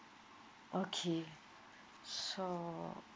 okay so